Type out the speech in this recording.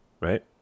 right